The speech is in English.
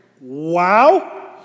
Wow